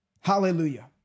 Hallelujah